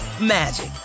magic